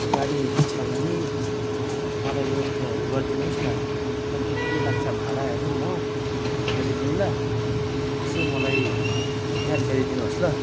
गाडीहरू छ भने मलाई व्यवस्थाहरू गरिदिनु होस् न कति के लाग्छ भाडाहरू म तपाईँलाई दिउँला यसो मलाई जानकारी दिनुहोस् ल